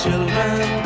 Children